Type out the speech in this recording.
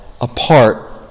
apart